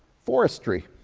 forestry,